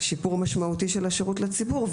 שיפור משמעותי של השירות לציבור.